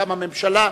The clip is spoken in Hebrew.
גם הממשלה,